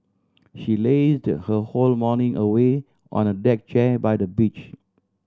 she lazed her whole morning away on a deck chair by the beach